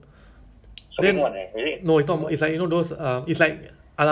ya open concept ah like is is like sheltered lah